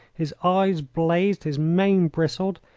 his eyes blazed. his mane bristled.